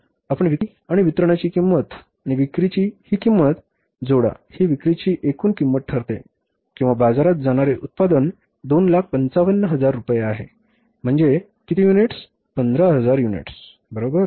आपण विक्री आणि वितरणाची किंमत आणि विक्रीची ही एकूण किंमत जोडा ही विक्रीची एकूण किंमत ठरते किंवा बाजारात जाणारे उत्पादन 255000 रुपये आहे म्हणजे किती युनिट्स 15000 युनिट्स बरोबर